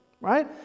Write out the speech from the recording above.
right